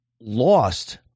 lost